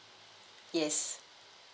yes